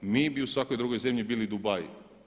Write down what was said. Mi bi u svakoj drugoj zemlji bili Dubai.